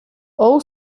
all